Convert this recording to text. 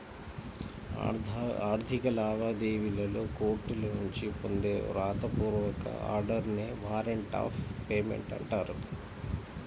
ఆర్థిక లావాదేవీలలో కోర్టుల నుంచి పొందే వ్రాత పూర్వక ఆర్డర్ నే వారెంట్ ఆఫ్ పేమెంట్ అంటారు